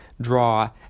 draw